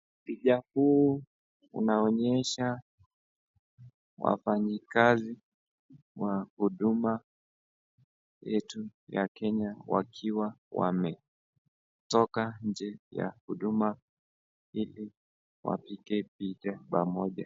Picha huu unaonyesha wafanyikazi wa huduma yetu ya Kenya wakiwa wametoka nje ya huduma ili wapige picha pamoja.